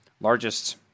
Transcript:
largest